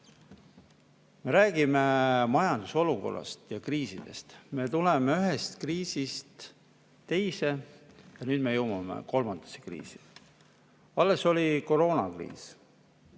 Me räägime majanduse olukorrast ja kriisidest, me tuleme ühest kriisist teise ja nüüd me jõuame kolmandasse kriisi. Alles oli koroonakriis,